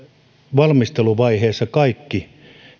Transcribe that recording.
valmisteluvaiheessa kaikki